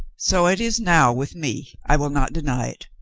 so it is now with me, i will not deny it.